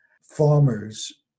farmers